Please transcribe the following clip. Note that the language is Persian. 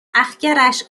اَخگرش